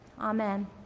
Amen